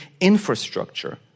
infrastructure